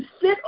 sit